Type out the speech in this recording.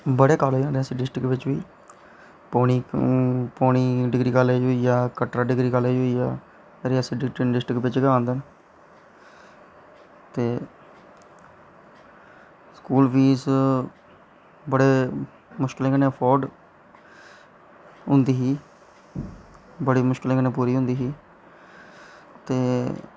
बड़े कालेज न रियासी डिस्टिक बिच्च बी पौनी डिग्री कालेज होइयै कटरा डिग्री कालेज होइया रियासी डिस्टिक बिच्च गै आंदे न ते स्कूल फीस बी बड़े मुस्कल कन्नै ऐफोड़ होंदी ही ब़ड़ी मुश्कलै कन्नै पूरी होंदी ही ते